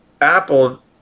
Apple